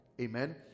Amen